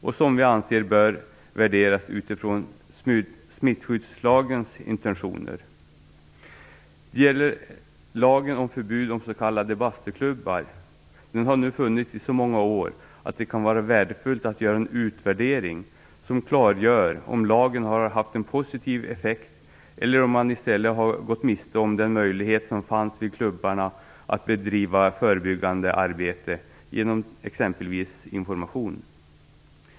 Vi anser att den bör utvärderas utifrån smittskyddslagen intentioner. Det gäller lagen om förbud mot s.k. bastuklubbar. Den har nu funnits i så många år att det kan vara värdefullt att göra en utvärdering som klargör om lagen har haft en positiv effekt eller om man i stället har gått miste om den möjlighet som fanns vid klubbarna att bedriva förebyggande arbete genom exempelvis information.